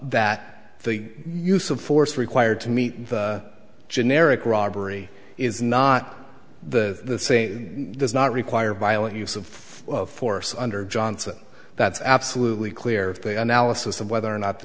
that the use of force required to meet generic robbery is not the same does not require violent use of force under johnson that's absolutely clear if the analysis of whether or not the